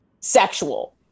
Sexual